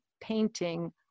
painting